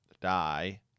die